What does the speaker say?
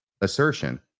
assertion